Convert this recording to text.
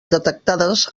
detectades